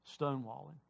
Stonewalling